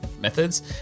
methods